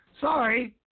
Sorry